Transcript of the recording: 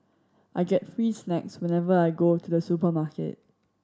I get free snacks whenever I go to the supermarket